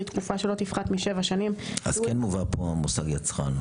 לתקופה שלא תפחת משבע שנים- -- אז כן מובא פה מושג יצרן,